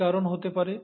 কি কারণ হতে পারে